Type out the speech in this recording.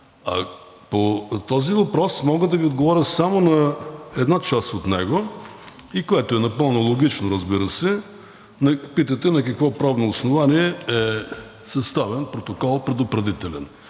По този въпрос мога да Ви отговоря само на една част от него и което е напълно логично, разбира се, питате на какво правно основание е съставен предупредителен